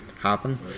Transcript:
happen